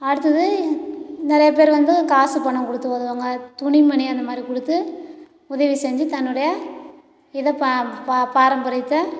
அடுத்தது நிறையா பேர் வந்து காசு பணம் கொடுத்து உதவு வாங்க துணி மணி அந்த மாதிரி கொடுத்து உதவி செஞ்சு தன்னுடைய இதை ப பா பாரம்பரியத்தை